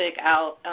out